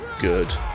good